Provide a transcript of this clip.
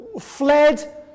fled